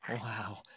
Wow